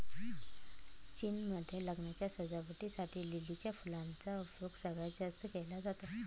चीन मध्ये लग्नाच्या सजावटी साठी लिलीच्या फुलांचा उपयोग सगळ्यात जास्त केला जातो